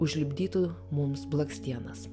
užlipdytų mums blakstienas